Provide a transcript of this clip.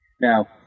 Now